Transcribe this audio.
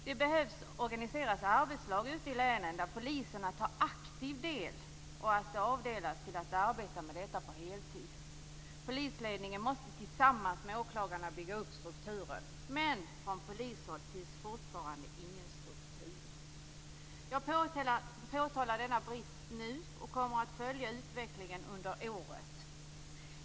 Det behöver organiseras arbetslag ute i länen där poliserna tar aktiv del och avdelas till att arbeta med detta på heltid. Polisledningen måste tillsammans med åklagarna bygga upp strukturer. Men från polishåll finns fortfarande ingen struktur. Jag påtalar denna brist nu och kommer att följa utvecklingen under året.